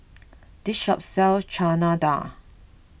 this shop sells Chana Dal